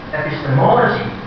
epistemology